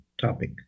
topic